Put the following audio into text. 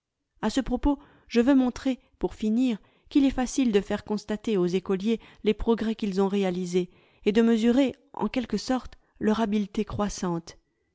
a ce propos je veux montrer pour finir qu'il est facile de faire constater aux écoliers les progrès qu'ils ont réalisés et de mesurer en quelque sorte leur habileté croissante